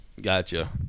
Gotcha